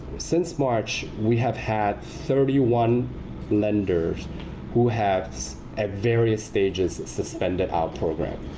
since march, we have had thirty one lenders who have at various stages suspended our program.